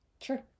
Sure